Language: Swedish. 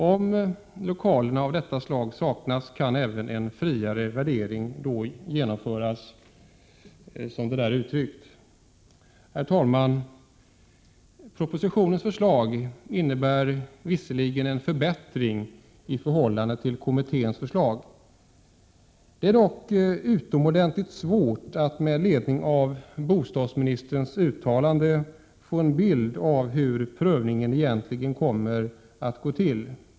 Om lokaler av detta slag saknas kan även en friare värdering genomföras. Herr talman! Propositionens förslag innebär visserligen en förbättring i förhållande till kommitténs förslag. Det är dock utomordentligt svårt att med ledning av bostadsministerns uttalanden få en bild av hur prövningen egentligen kommer att gå till.